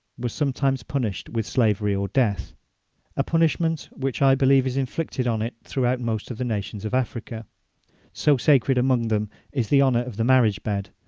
was sometimes punished with slavery or death a punishment which i believe is inflicted on it throughout most of the nations of africa a so sacred among them is the honour of the marriage bed,